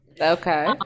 okay